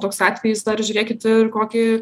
toks atvejis dar žiūrėkit ir kokį